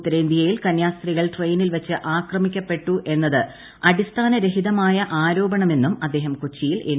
ഉത്തരേന്തൃയിൽ കന്യാസ്ത്രീകൾ ട്രെയിനിൽ വച്ച് ആക്രമിക്കപ്പെട്ടു എന്നത് അടിസ്ഥാനരഹിതമായ ആരോപണമെന്നും അദ്ദേഹം കൊച്ചിയിൽ എൻ